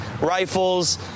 rifles